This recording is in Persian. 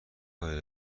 کاری